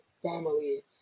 family